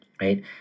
right